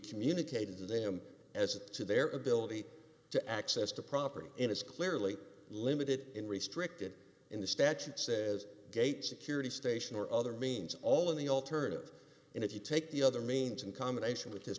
communicated to them as to their ability to access to property and is clearly limited in restricted in the statute says gate security station or other means all in the alternative and if you take the other means in combination with his